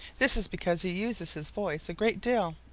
this is because he uses his voice a great deal,